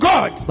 God